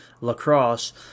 lacrosse